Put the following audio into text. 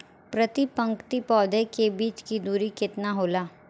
प्रति पंक्ति पौधे के बीच की दूरी केतना होला?